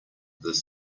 this